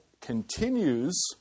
continues